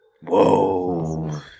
Whoa